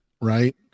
right